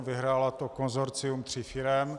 Vyhrálo to konsorcium tří firem.